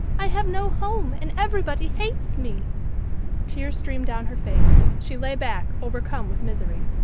i have no home, and everybody hates me tears streamed down her face she lay back, overcome with misery.